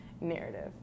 narrative